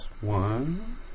One